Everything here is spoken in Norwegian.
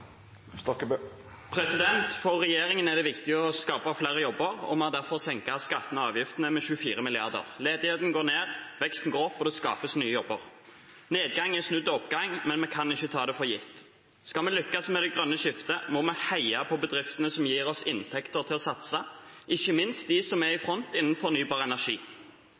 regjeringen er det viktig å skape flere jobber, vi har derfor senket skattene og avgiftene med 24 mrd. kr. Ledigheten går ned, veksten går opp, og det skapes nye jobber. Nedgang er snudd til oppgang, men vi kan ikke ta det for gitt. Skal vi lykkes med det grønne skiftet, må vi heie på bedriftene som gir oss inntekter til å satse, ikke minst de som er i front innen fornybar energi.